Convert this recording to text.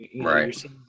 right